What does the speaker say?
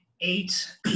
eight